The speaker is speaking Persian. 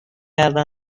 کرده